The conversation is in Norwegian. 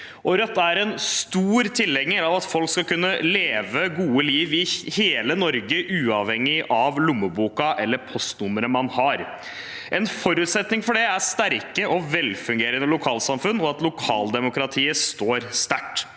Rødt er en stor tilhenger av at folk skal kunne leve et godt liv i hele Norge, uavhengig av lommeboka eller postnummeret man har. En forutsetning for det er sterke og velfungerende lokalsamfunn, og at lokaldemokratiet står sterkt.